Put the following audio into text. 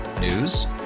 News